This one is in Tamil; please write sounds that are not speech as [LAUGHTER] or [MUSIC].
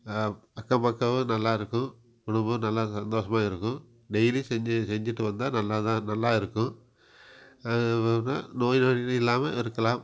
அக்கம் பக்கமும் நல்லாயிருக்கும் குடும்பம் நல்ல சந்தோஷமா இருக்கும் டெய்லி செஞ்சு செஞ்சிட்டு வந்தா நல்லாதான் நல்லாருக்கும் [UNINTELLIGIBLE] நோய் நொடி இல்லாமல் இருக்கலாம்